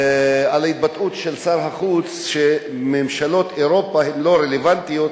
על ההתבטאות של שר החוץ שממשלות אירופה הן לא רלוונטיות,